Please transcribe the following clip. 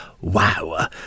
wow